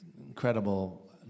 incredible